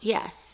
Yes